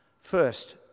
First